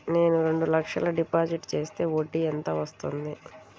నేను రెండు లక్షల డిపాజిట్ చేస్తే వడ్డీ ఎంత వస్తుంది?